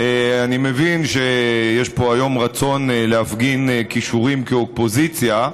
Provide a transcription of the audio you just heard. אני מבין שיש פה היום רצון להפגין כישורים כאופוזיציה,